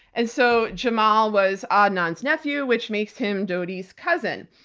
and so jamal was ah adnan's nephew, which makes him dodi's cousin.